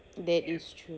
that is true